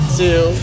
two